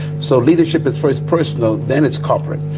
so leadership is first personal, then it's corporate.